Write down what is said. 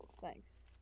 Thanks